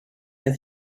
with